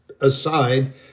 aside